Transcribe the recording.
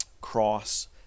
cross